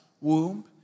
womb